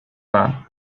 waren